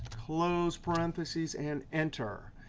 close parentheses and enter.